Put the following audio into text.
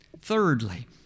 Thirdly